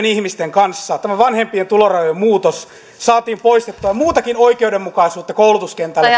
ihmisten kanssa tämä vanhempien tulorajojen muutos saatiin poistettua ja muutakin oikeudenmukaisuutta koulutuskentälle